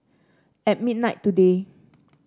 at midnight today